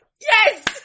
yes